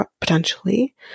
potentially